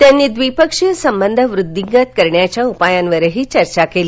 त्यांनी द्विपक्षीय संबंध वृद्धिंगत करण्याच्या उपायावरही बोलणी केली